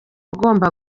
agomba